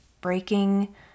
breaking